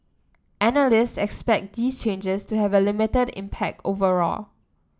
analysts expect these changes to have a limited impact overall